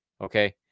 Okay